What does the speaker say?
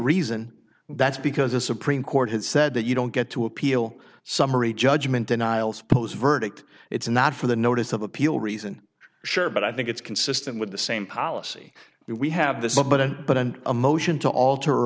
reason that's because the supreme court has said that you don't get to appeal summary judgment denial suppose verdict it's not for the notice of appeal reason sure but i think it's consistent with the same policy that we have this a bit but and a motion to alter